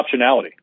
optionality